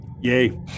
Yay